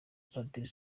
padiri